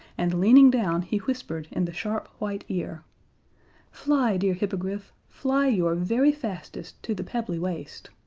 and leaning down he whispered in the sharp, white ear fly, dear hippogriff, fly your very fastest to the pebbly waste.